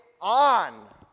on